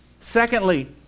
Secondly